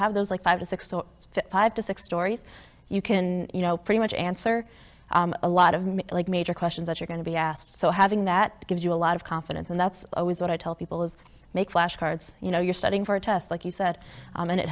have those like five or six or five to six stories you can you know pretty much answer a lot of major questions that you're going to be asked so having that gives you a lot of confidence and that's always what i tell people is make flashcards you know you're studying for a test like you said and it